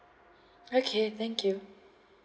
okay thank you